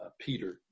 peter